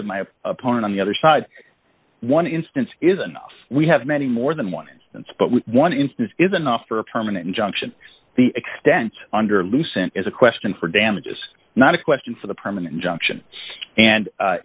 with my opponent on the other side one instance is and we have many more than one instance but one instance is enough for a permanent injunction the extents under lucent is a question for damages not a question for the permanent injunction and